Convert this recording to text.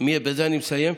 בזה אני מסיים,